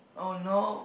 oh no